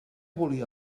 volia